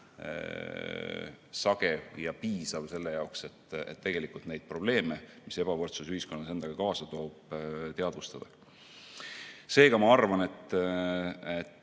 sagedasti ja piisavalt selle jaoks, et tegelikult neid probleeme, mis ebavõrdsus ühiskonnas endaga kaasa toob, teadvustada. Seega, ma arvan, et